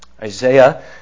Isaiah